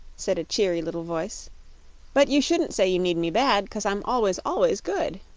said a cheery little voice but you shouldn't say you need me bad, cause i'm always, always, good.